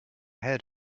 heard